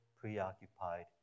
preoccupied